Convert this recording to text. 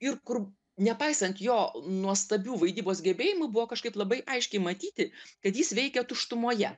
ir kur nepaisant jo nuostabių vaidybos gebėjimų buvo kažkaip labai aiškiai matyti kad jis veikė tuštumoje